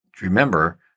Remember